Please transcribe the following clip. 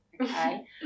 okay